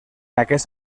aquest